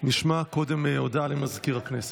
נשמע קודם הודעה למזכיר הכנסת.